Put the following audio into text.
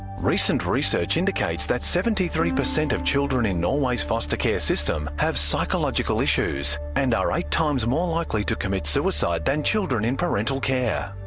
recent research indicates that seventy three percent of children in norway's foster care system have psychological issues and are eight times more likely to commit suicides than children in parental care.